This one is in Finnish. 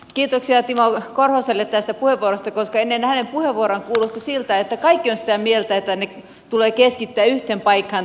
kiitoksia timo korhoselle tästä puheenvuorosta koska ennen hänen puheenvuoroaan kuulosti siltä että kaikki ovat sitä mieltä että tämä päätöksen tekeminen näissä harkinta asioissa tulee keskittää yhteen paikkaan